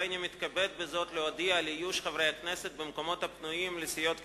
הריני מתכבד בזאת להודיע על איוש המקומות הפנויים בסיעות כדלקמן: